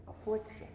affliction